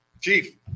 Chief